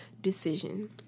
decision